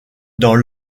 dans